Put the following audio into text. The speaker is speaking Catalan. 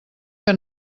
que